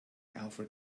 alfred